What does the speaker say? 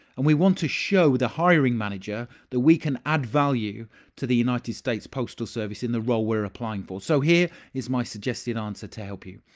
and we want to show the hiring manager that we can add value to the united states postal service in the role we're applying for. so here is my suggested answer to help you.